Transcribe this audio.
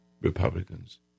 Republicans